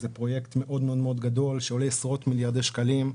זה פרויקט מאוד גדול שעולה עשרות מיליארדי שקלים.